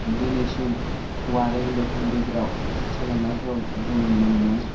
दिनैसिम हौवा आरो हिन्जावफोरनि गेजेराव सोलायनायखौ जों नुनो मोनो